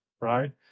right